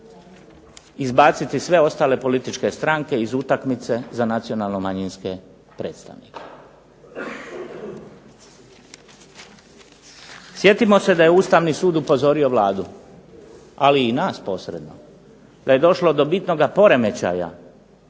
izbaciti sve ostale političke stranke iz utakmice za nacionalno-manjinske predstavnike. Sjetimo se da je Ustavni sud upozorio Vladu ali i nas posredno, da je došlo do bitnoga poremećaja